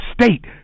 state